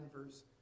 verse